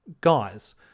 guys